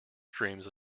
streams